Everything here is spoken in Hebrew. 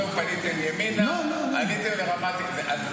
פניתם ימינה ועליתם לרמת --- לא,